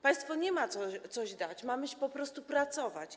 Państwo nie ma coś dać, mamy iść po prostu pracować.